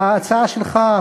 ההצעה שלך,